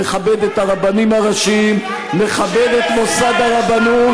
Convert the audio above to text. שמכבד את הרבנים הראשיים, מכבד את מוסד הרבנות